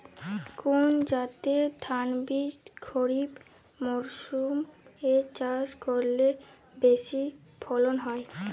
কোন জাতের ধানবীজ খরিপ মরসুম এ চাষ করলে বেশি ফলন হয়?